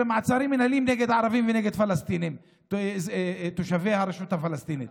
במעצרים מינהליים נגד ערבים ונגד פלסטינים תושבי הרשות הפלסטינית,